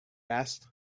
asked